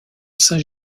saint